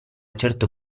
certo